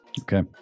okay